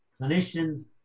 clinicians